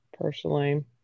personally